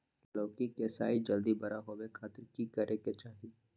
लौकी के साइज जल्दी बड़ा होबे खातिर की करे के चाही?